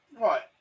Right